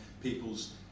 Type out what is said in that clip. people's